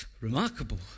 remarkable